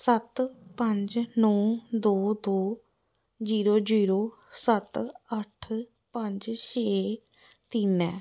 सत्त पंज नौ दो दो जीरो जीरो सत्त अट्ठ पंज छे तिन्न ऐ